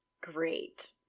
great